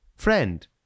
Friend